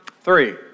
Three